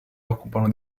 occupano